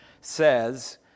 says